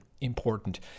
important